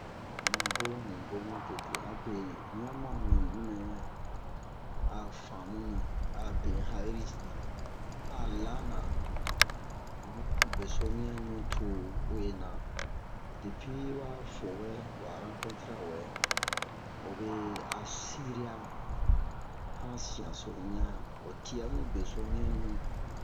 Mu bo mu bo ma tete abe un ɲa ma'o mi nu nɛ a famu ni a be un ha'iri si a lana mu beso wian ɲutu uwe na depi wa fowɛ wa rakontre'a wɛ o be a siri'a han sian so wian o tia mu beso wian ɲu